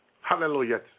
Hallelujah